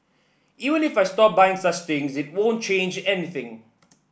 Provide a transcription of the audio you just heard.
even if I stop buying such things it won't change anything